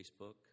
Facebook